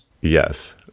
Yes